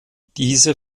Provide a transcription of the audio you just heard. diese